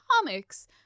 comics